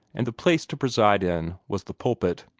and the place to preside in was the pulpit.